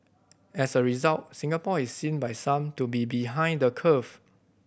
as a result Singapore is seen by some to be behind the curve